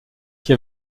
qui